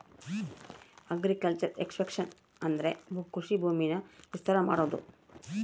agriculture expansion ಅಂದ್ರೆ ಕೃಷಿ ಭೂಮಿನ ವಿಸ್ತಾರ ಮಾಡೋದು